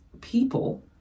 people